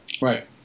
Right